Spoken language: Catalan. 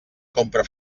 compra